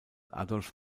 adolf